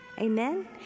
Amen